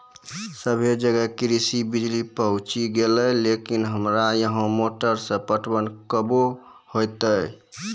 सबे जगह कृषि बिज़ली पहुंची गेलै लेकिन हमरा यहाँ मोटर से पटवन कबे होतय?